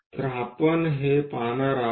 तर आपण हे पाहणार आहोत